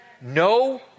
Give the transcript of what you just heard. No